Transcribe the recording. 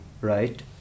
right